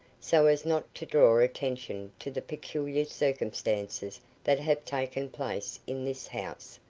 so as not to draw attention to the peculiar circumstances that have taken place in this house,